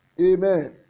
Amen